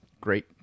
Great